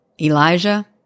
Elijah